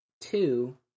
two